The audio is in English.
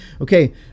Okay